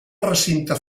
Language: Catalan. recinte